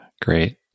great